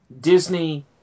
Disney